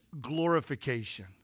glorification